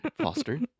Foster